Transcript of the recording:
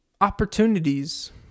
Opportunities